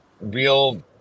real